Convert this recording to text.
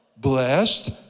Blessed